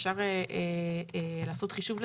אפשר לעשות חישוב לזה.